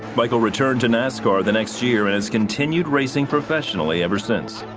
michael returned to nascar the next year and has continued racing professionally ever since.